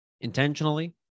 intentionally